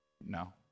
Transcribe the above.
No